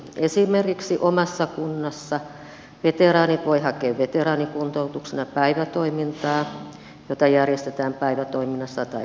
esimerkiksi omassa kunnassani veteraanit voivat hakea veteraanikuntoutuksena päivätoimintaa jota järjestetään päivätoiminnassa tai päiväsairaalassa